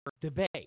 debate